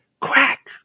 crack